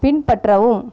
பின்பற்றவும்